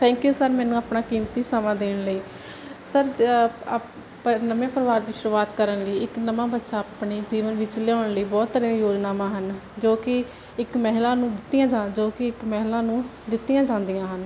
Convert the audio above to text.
thank you sir ਮੈਨੂੰ ਆਪਣਾ ਕੀਮਤੀ ਸਮਾਂ ਦੇਣ ਲਈ ਸਰ ਨਵੇਂ ਪਰਿਵਾਰ ਦੀ ਸ਼ੁਰੂਆਤ ਕਰਨ ਲਈ ਇਕ ਨਵਾਂ ਬੱਚਾ ਆਪਣੇ ਜੀਵਨ ਵਿੱਚ ਲਿਆਉਣ ਲਈ ਬਹੁਤ ਤਰ੍ਹਾਂ ਦੀਆਂ ਯੋਜਨਾਵਾਂ ਹਨ ਜੋ ਕਿ ਇੱਕ ਮਹਿਲਾ ਨੂੰ ਦਿੱਤੀਆਂ ਜਾਣ ਜੋ ਕਿ ਇੱਕ ਮਹਿਲਾ ਨੂੰ ਦਿੱਤੀਆਂ ਜਾਂਦੀਆਂ ਹਨ